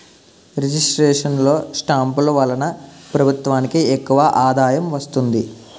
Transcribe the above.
registration లో స్టాంపులు వలన ప్రభుత్వానికి ఎక్కువ ఆదాయం వస్తుంది